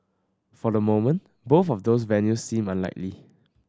for the moment both of those venues seem unlikely